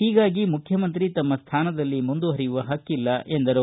ಹೀಗಾಗಿ ಮುಖ್ಯಮಂತ್ರಿ ತಮ್ಮ ಸ್ಥಾನದಲ್ಲಿ ಮುಂದುವರಿಯುವ ಹಕ್ಕಿಲ್ಲ ಎಂದರು